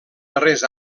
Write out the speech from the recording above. darrers